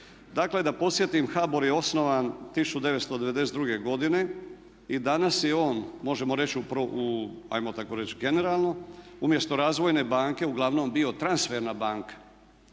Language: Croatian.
Dakle, da podsjetim HBOR je osnovan 1992. godine i danas je on možemo reći hajmo tako reći generalno umjesto razvojne banke uglavnom bio transferna banka